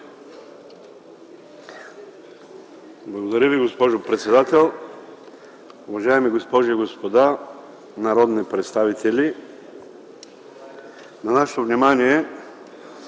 Благодаря Ви, госпожо председател. Уважаеми госпожи и господа народни представители, на нашето внимание